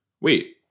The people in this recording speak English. Wait